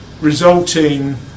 resulting